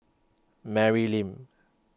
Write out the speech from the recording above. Mary Lim